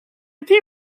était